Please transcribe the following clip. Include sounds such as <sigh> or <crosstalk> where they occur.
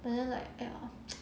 but then like ya <noise>